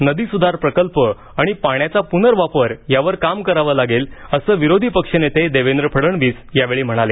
नदीस्धार प्रकल्प आणि पाण्याचा प्नर्वापर यावर काम करावं लागेल असं विरोधी पक्षनेते देवेंद्र फडणवीस यावेळी म्हणाले